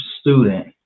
student